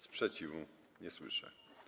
Sprzeciwu nie słyszę.